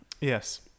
Yes